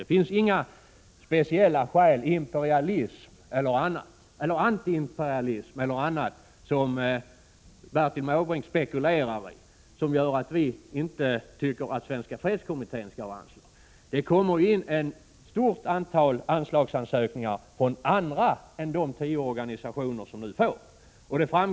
Det finns inga speciella skäl, antiimperialism eller annat som Bertil Måbrink spekulerar i, som gör att vi inte anser att Svenska fredskommittén skall få ett anslag. Det kommer in ett stort antal anslagsansökningar från andra än de tio organisationer som nu föreslås få pengar.